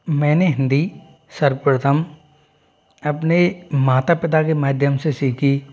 मैंने हिंदी सर्वप्रथम अपने माता पिता के माध्यम से सीखी